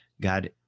God